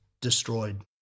destroyed